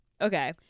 Okay